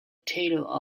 taylor